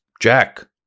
Jack